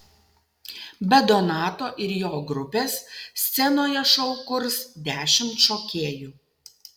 be donato ir jo grupės scenoje šou kurs dešimt šokėjų